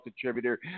contributor